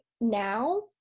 now